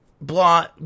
blah